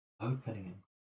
opening